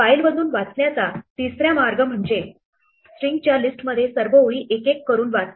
फाइलमधून वाचण्याचा तिसरा मार्ग म्हणजे स्ट्रिंगच्या लिस्टमध्ये सर्व ओळी एक एक करून वाचणे